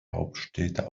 hauptstädte